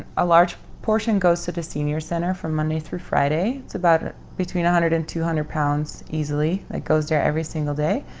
a large portion goes to the senior center from monday through friday. it's about between one hundred and two hundred pounds, easily. it goes there every single day,